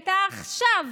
הייתה עכשיו